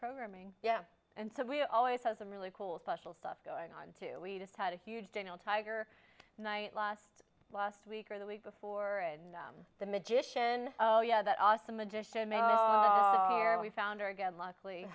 programming yeah and so we always had some really cool special stuff going on too we just had a huge daniel tiger night last last week or the week before and the magician oh yeah that awesome edition we found her again luckily